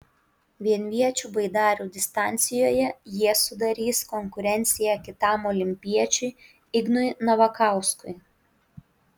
vienviečių baidarių distancijoje jie sudarys konkurenciją kitam olimpiečiui ignui navakauskui